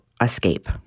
escape